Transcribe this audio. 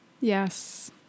Yes